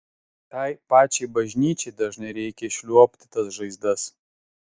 tai pačiai bažnyčiai dažnai reikia išliuobti tas žaizdas